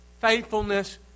Faithfulness